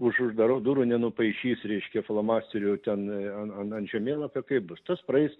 už uždarų durų nenupaišys reiškia flamasteriu ten an an an žemėlapio kaip bus tas praeis